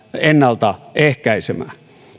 ennalta ehkäisemään